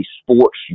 sports